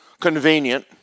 Convenient